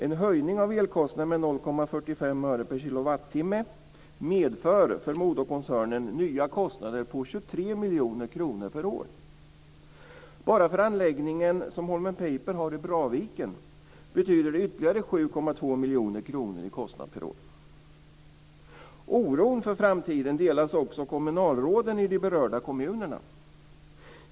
En höjning av elkostnaderna med 0,45 öre/kWh medför för Modokoncernen nya kostnader på 23 miljoner per år. Bara för den anläggning som Holmen Paper har i Braviken betyder det ytterligare 7,2 miljoner kronor i kostnad per år. Oron för framtiden delas också av kommunalråden i de berörda kommunerna.